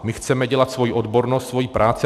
My chceme dělat svoji odbornost, svoji práci.